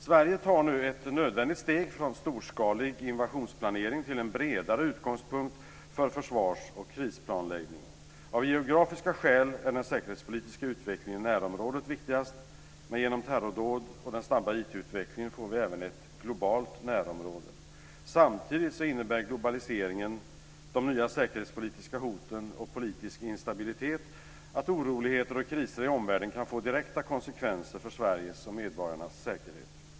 Sverige tar ett nödvändigt steg från storskalig invasionsplanering till en bredare utgångspunkt för försvars och krisplanläggning. Av geografiska skäl är den säkerhetspolitiska utvecklingen i närområdet viktigast, men genom terrordåd och den snabba IT utvecklingen får vi även ett "globalt närområde". Samtidigt innebär globaliseringen, de nya säkerhetspolitiska hoten och politisk instabilitet att oroligheter och kriser i omvärlden kan få direkta konsekvenser för Sveriges och medborgarnas säkerhet.